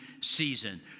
season